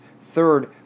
third